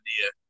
idea